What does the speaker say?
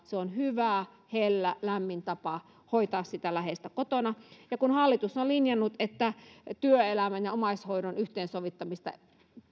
se on hyvä hellä lämmin tapa hoitaa sitä läheistä kotona ja kun hallitus on linjannut että työelämän ja omaishoidon yhteensovittamista